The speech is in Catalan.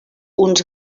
uns